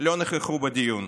לא נכחו בדיון.